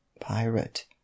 PIRATE